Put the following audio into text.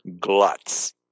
gluts